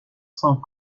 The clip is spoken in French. sans